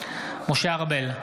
משה ארבל,